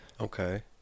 Okay